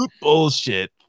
Bullshit